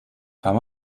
kann